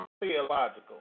theological